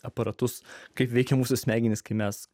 aparatus kaip veikia mūsų smegenis kai mes